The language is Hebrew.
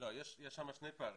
יש שם שני פערים.